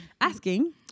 asking